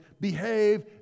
behave